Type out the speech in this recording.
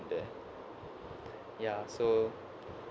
there ya so